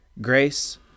Grace